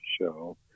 show